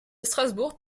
strasbourg